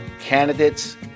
candidates